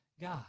God